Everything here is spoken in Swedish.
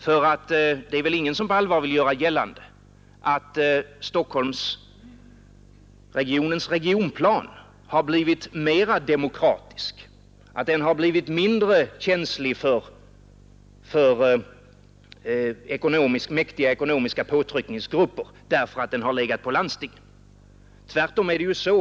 För det är väl ingen som på allvar vill göra gällande "att Stock holmsregionens regionplan har blivit mera demokratisk”och'itlindre känslig för mäktiga ekonomiska påtryckningsgrupper därför att den har legat på ländstinget?